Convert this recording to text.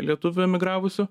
lietuvių emigravusių